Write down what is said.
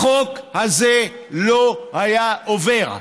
החוק הזה לא היה עובר.